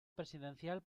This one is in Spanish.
presidencial